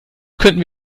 könnten